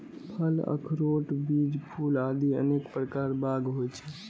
फल, अखरोट, बीज, फूल आदि अनेक प्रकार बाग होइ छै